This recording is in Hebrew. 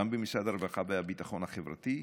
גם במשרד הרווחה והביטחון החברתי,